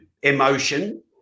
emotion